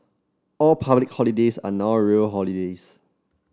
all public holidays are now real holidays